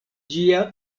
ĝia